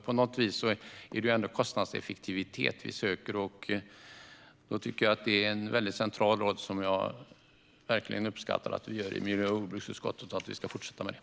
På något sätt är det ändå kostnadseffektivitet vi söker, och då tycker jag att det som vi gör i miljö och jordbruksutskottet är väldigt centralt. Jag uppskattar det verkligen och tycker att vi ska fortsätta med det.